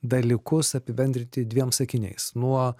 dalykus apibendrinti dviem sakiniais nuo